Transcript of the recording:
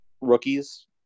rookies